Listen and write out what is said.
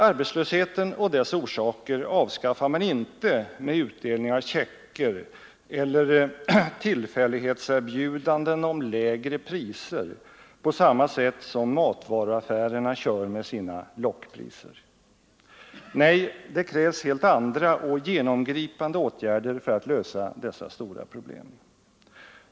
Arbetslösheten och dess orsaker avskaffar man inte med utdelning av checker eller tillfällighetserbjudanden om lägre priser på samma sätt som en matvaruaffär kör med lockpriser. Nej, det krävs helt andra och genomgripande åtgärder för att lösa dessa stora problem.